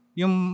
yung